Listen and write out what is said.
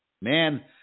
Man